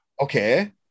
Okay